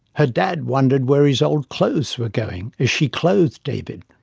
her dad wondered where his old clothes were going as she clothed david.